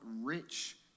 rich